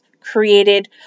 created